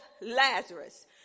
Lazarus